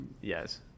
Yes